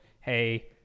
hey